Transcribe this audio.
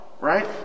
right